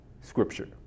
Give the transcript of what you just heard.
scripture